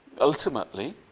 Ultimately